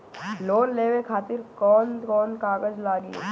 Loan लेवे खातिर कौन कौन कागज लागी?